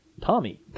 Tommy